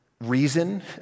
reason